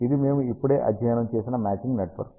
ఇది మేము ఇప్పుడే అధ్యయనం చేసిన మ్యాచింగ్ నెట్వర్క్